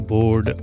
Board